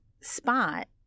spot